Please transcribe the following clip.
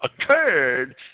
occurred